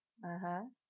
(uh huh)